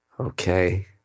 Okay